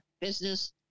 business